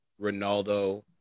Ronaldo